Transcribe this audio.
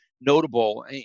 notable